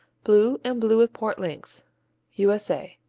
blue, and blue with port links u s a.